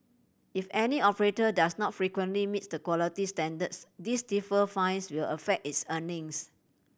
if any operator does not frequently meet the quality standards these stiffer fines will affect its earnings